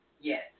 yes